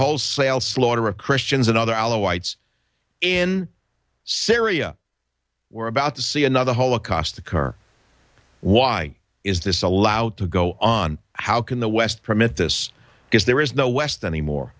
wholesale slaughter of christians and other alow ites in syria we're about to see another holocaust occur why is this allowed to go on how can the west permit this because there is no west anymore